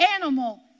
animal